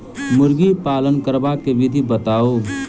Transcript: मुर्गी पालन करबाक विधि बताऊ?